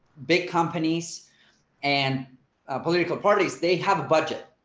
big companies and political parties, they have a budget,